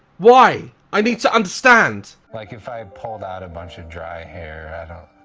why i need to understand. like if i pulled out a bunch of dry hair, i don't